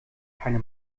keine